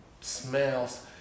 smells